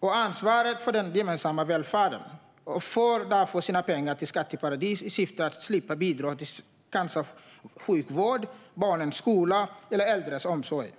och ansvaret för den gemensamma välfärden. De för därför sina pengar till skatteparadis i syfte att slippa bidra till cancersjukvård, barnens skola eller äldres omsorg.